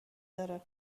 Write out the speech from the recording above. داره